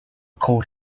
coat